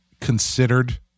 considered